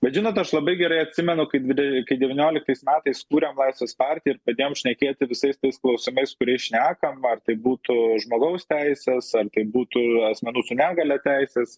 bet žinot aš labai gerai atsimenu kai dvi kai devynioliktas metais kūrėm laisvės partiją ir pradėjom šnekėti visais tais klausimais kuriais šnekama ar tai būtų žmogaus teisės ar tai būtų asmenų su negalia teisės